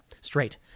straight